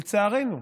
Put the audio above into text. לצערנו,